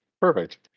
Perfect